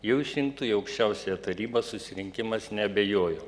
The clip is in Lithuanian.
jau išrinktų į aukščiausiąją tarybą susirinkimas neabejojo